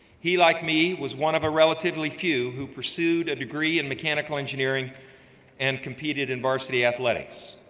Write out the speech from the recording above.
he like me was one of a relatively few who pursued a degree in mechanical engineering and competed in varsity athletics.